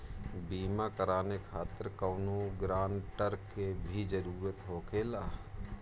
बीमा कराने खातिर कौनो ग्रानटर के भी जरूरत होखे ला?